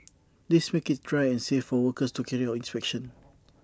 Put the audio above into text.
this makes IT dry and safe for workers to carry out inspections